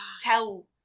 tell